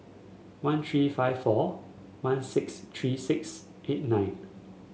one three five four one six three six eight nine